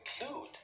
include